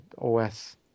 OS